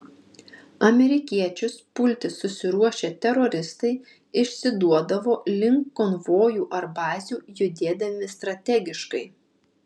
amerikiečius pulti susiruošę teroristai išsiduodavo link konvojų ar bazių judėdami strategiškai